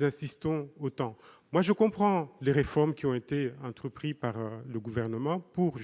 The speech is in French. insistons autant. Je comprends les réformes entreprises par le Gouvernement pour